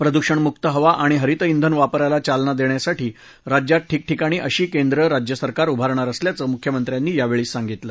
प्रदृषणमुक्त हवा आणि हरित इंधन वापराला चालना देण्यासाठी राज्यात ठिकठिकाणी अशी केंद्र राज्यसरकार उभारणार असल्याचं मुख्यमंत्र्यांनी यावेळी सांगितलं